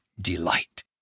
delight